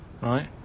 right